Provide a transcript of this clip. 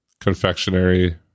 confectionery